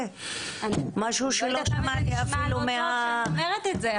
אני לא יודעת למה זה נשמע לא טוב שאני אומרת את זה.